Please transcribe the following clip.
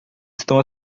estão